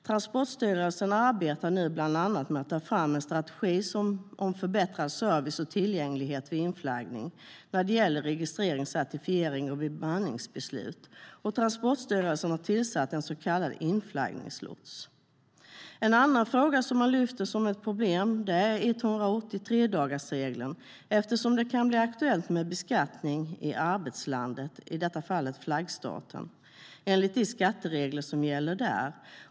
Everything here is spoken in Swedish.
Transportstyrelsen arbetar nu bland annat med att ta fram en strategi om förbättrad service och tillgänglighet vid inflaggning när det gäller registrering, certifiering och bemanningsbeslut, och Transportstyrelsen har tillsatt en så kallad inflaggningslots. En annan fråga som man lyfter som ett problem är 183-dagarsregeln, eftersom det kan bli aktuellt med beskattning i arbetslandet, i detta fall flaggstaten, enligt de skatteregler som gäller där.